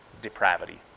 Depravity